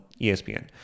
ESPN